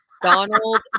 Donald